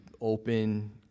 open